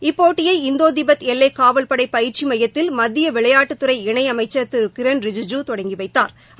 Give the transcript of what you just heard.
இப்போட்டியை Indo Tibet எல்லை காவல் படை பயிற்சி மையத்தில் மத்திய விளையாட்டுத்துறை இணையமைச்சர் திரு கிரண் ரிஜிஜு தொடங்கி வைத்தாா்